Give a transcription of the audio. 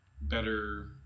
better